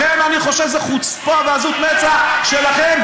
לכן אני חושב שזה חוצפה ועזות מצח שלכם,